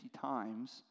times